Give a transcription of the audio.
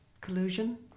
collusion